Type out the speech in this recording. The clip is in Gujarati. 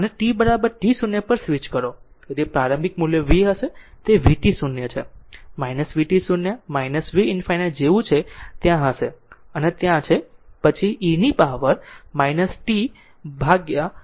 હવે આને t t0 પર સ્વિચ કરો તેથી પ્રારંભિક મૂલ્યો v હશે તે vt 0 છે vt0 v ∞ જેવું છે ત્યાં હશે તે પછી ત્યાં છે પછી e પાવર પર પછી t t 0 ભાગ્યા τ છે